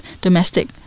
domestic